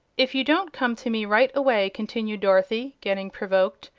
if you don't come to me, right away, continued dorothy, getting provoked,